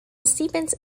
stephens